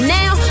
now